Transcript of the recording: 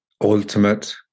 ultimate